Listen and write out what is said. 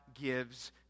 gives